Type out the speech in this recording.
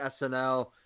SNL